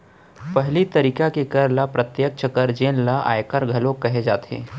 पहिली तरिका के कर ल प्रत्यक्छ कर जेन ल आयकर घलोक कहे जाथे